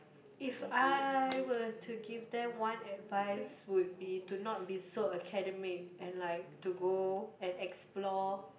if I were to give them one advise would be do not be so academic and like to go and explore